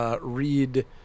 read